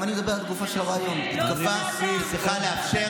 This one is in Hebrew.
אבל התקפה כזאת חסרת תקדים,